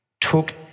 took